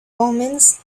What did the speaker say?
omens